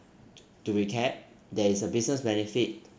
to recap there is a business benefit